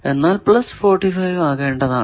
എന്നാൽ 45 ആകേണ്ടതാണ്